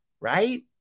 right